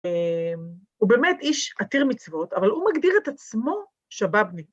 ‫הוא באמת איש עתיר מצוות, ‫אבל הוא מגדיר את עצמו שבאבניק.